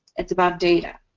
it's about data.